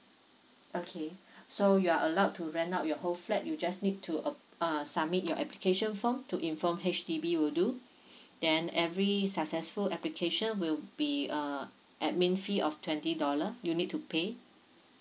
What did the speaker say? okay so you are allowed to rent out your whole flat you just need to ap~ uh submit your application form to inform H_D_B will do then every successful application will be uh admin fee of twenty dollar you need to pay